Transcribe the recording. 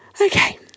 okay